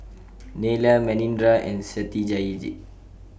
Neila Manindra and Satyajit